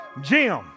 Jim